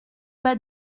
bas